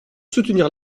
soutenir